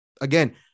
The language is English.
again